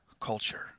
culture